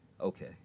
Okay